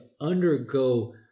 undergo